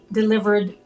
delivered